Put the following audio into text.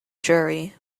jury